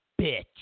bitch